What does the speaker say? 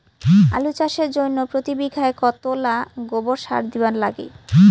আলু চাষের জইন্যে প্রতি বিঘায় কতোলা গোবর সার দিবার লাগে?